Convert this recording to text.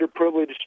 underprivileged